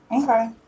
Okay